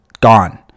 gone